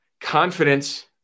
Confidence